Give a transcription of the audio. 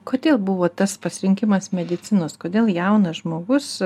kodėl buvo tas pasirinkimas medicinos kodėl jaunas žmogus